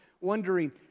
wondering